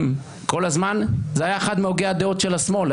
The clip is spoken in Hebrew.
כל הזמן זה היה אחד מהוגי הדעות של השמאל.